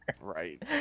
right